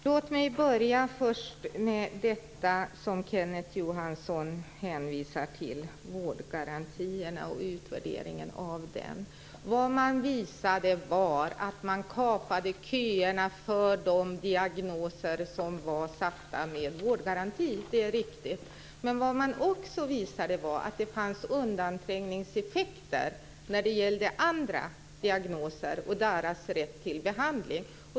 Fru talman! Låt mig börja med detta som Kenneth Johansson hänvisar till om vårdgarantierna och utvärderingen av den. Vad man visade var att man kapade köerna för de diagnoser som var satta med vårdgaranti, det är riktigt. Men vad man också visade var att det fanns undanträngningseffekter när det gällde andra diagnoser och deras rätt till behandling.